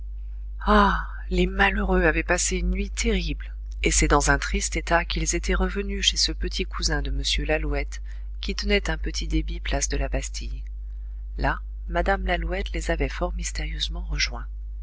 ah les malheureux avaient passé une nuit terrible et c'est dans un triste état qu'ils étaient revenus chez ce petit cousin de m lalouette qui tenait un petit débit place de la bastille là mme lalouette les avait fort mystérieusement rejoints